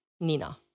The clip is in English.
Nina